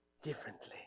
Differently